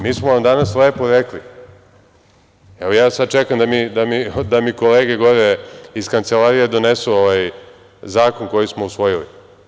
Mi smo vam danas lepo rekli, evo ja sad čekam da mi kolege, gore iz kancelarije donesu ovaj Zakon koji smo usvojili.